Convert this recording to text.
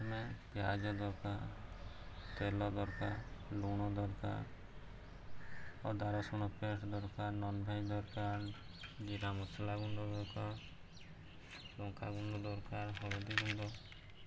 ଆମେ ପିଆଜ ଦରକାର ତେଲ ଦରକାର ଲୁଣ ଦରକାର ଅଦା ରସୁଣ ପେଷ୍ଟ ଦରକାର ନନଭେଜ୍ ଦରକାର ଜିରା ମସଲା ଗୁଣ୍ଡ ଦରକାର ଲଙ୍କା ଗୁଣ୍ଡ ଦରକାର ହଳଦୀ ଗୁଣ୍ଡ